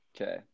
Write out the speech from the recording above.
Okay